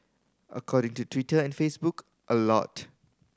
according to Twitter and Facebook a lot